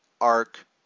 arc